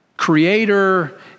creator